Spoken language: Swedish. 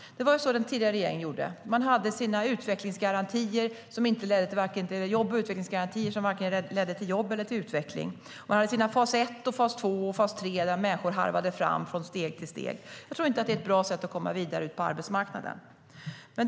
Det var så den tidigare regeringen gjorde. Man hade sina utvecklingsgarantier som varken ledde till jobb eller utveckling. Man hade sina fas 1 och fas 2 och fas 3 där människor harvade fram från steg till steg. Jag tror inte att det är ett bra sätt att komma vidare ut på arbetsmarknaden.